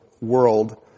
world